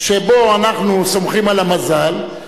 שבו אנחנו סומכים על המזל,